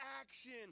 action